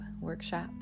workshop